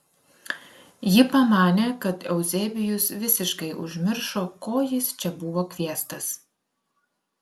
ji pamanė kad euzebijus visiškai užmiršo ko jis čia buvo kviestas